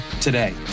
today